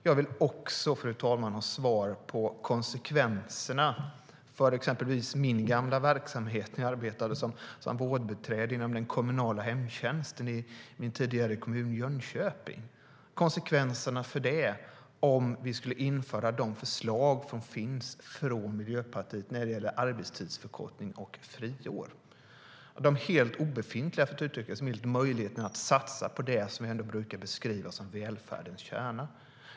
Jag vill också ha svar, fru talman, angående konsekvenserna för exempelvis min gamla verksamhet, den kommunala hemtjänsten, där jag arbetade som vårdbiträde i min tidigare kommun Jönköping, om vi skulle införa de förslag som finns från Miljöpartiet när det gäller arbetstidsförkortning och friår, något som, för att uttrycka sig milt, ger helt obefintliga möjligheter att satsa på det som ändå brukar beskrivas som välfärdens kärna.